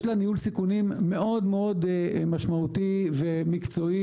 יש לה ניהול סיכונים מאוד מאוד משמעותי ומקצועי,